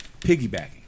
piggybacking